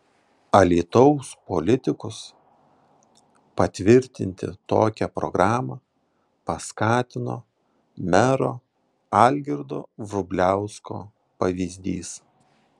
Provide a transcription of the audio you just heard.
alytaus politikus patvirtinti tokią programą paskatino mero algirdo vrubliausko pavyzdys